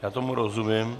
Já tomu rozumím.